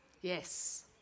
Yes